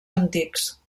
antics